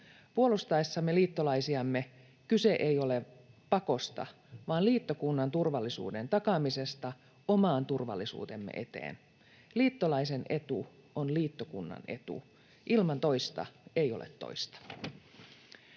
Puolustaessamme liittolaisiamme kyse ei ole pakosta vaan liittokunnan turvallisuuden takaamisesta oman turvallisuutemme eteen. Liittolaisen etu on liittokunnan etu. Ilman toista ei ole toista.